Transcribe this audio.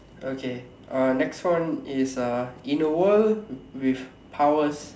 okay uh next one is uh in a world with powers